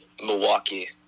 Milwaukee